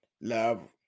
Love